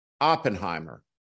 Oppenheimer